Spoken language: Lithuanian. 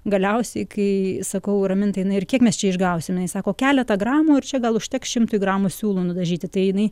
galiausiai kai sakau ramintai na ir kiek mes čia išgausim jinai sako keletą gramų ir čia gal užteks šimtui gramų siūlų nudažyti tai jinai